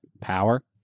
power